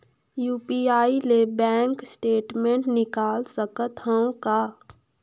UPI ले bank statement निकाल सकत हवं का?